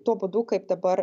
tuo būdu kaip dabar